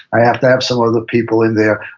i have to have some other people in there,